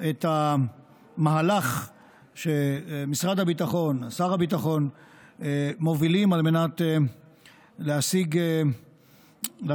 את המהלך שמשרד הביטחון ושר הביטחון מובילים על מנת להשיג את